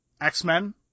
X-Men